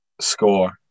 score